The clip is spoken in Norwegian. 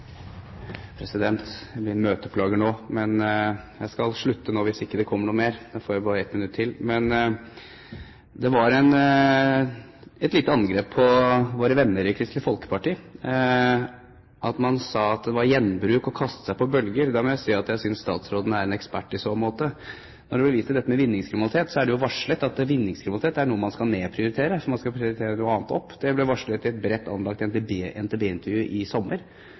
Jeg blir nå en møteplager, men jeg skal slutte nå – hvis det ikke kommer noe mer. Jeg får jo bare 1 minutt til. Det var et lite angrep også på våre venner i Kristelig Folkeparti da man snakket om gjenbruk og å kaste seg på bølger. Da må jeg si at jeg synes statsråden er en ekspert i så måte. Når det blir vist til vinningskriminalitet, må jeg si at det er jo varslet at vinningskriminalitet er noe man skal nedprioritere, slik at man kan prioritere noe annet opp. Det ble varslet i et bredt anlagt NTB-intervju i sommer.